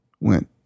went